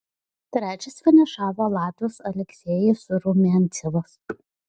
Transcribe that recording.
trečias finišavo latvis aleksejus rumiancevas